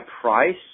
price